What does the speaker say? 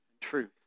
truth